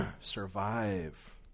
survive